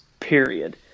Period